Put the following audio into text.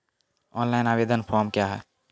Online आवेदन form क्या हैं?